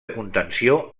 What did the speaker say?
contenció